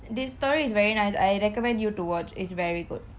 the story is very nice I recommend you to watch it's very good